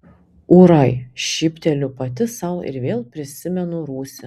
ūrai šypteliu pati sau ir vėl prisimenu rūsį